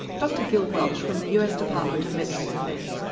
dr gilbert welch from the us department of veterans affairs.